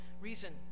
reason